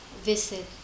visit